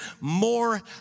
more